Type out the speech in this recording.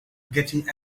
getting